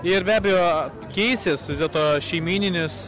ir be abejo keisis vis dėlto šeimyninis